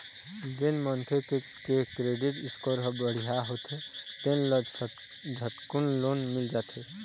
जेन मनखे के क्रेडिट स्कोर ह बड़िहा होथे तेन ल झटकुन लोन मिल जाथे